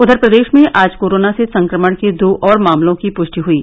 उधर प्रदेश में आज कोरोना से संक्रमण के दो और मामलों की पुष्टि हुयी